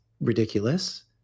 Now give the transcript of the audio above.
ridiculous